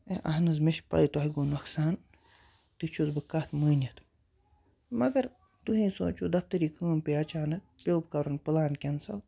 اہن حظ مےٚ چھِ پَے تۄہہِ گوٚو نۄقصان تہِ چھُس بہٕ کَتھ مٲنِتھ مگر تُہی سونٛچِو دَفتٔری کٲم پے اَچانک پیٚو کَرُن پٕلان کٮ۪نسَل